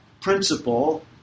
principle